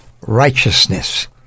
righteousness